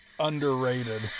underrated